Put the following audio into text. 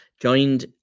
joined